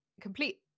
complete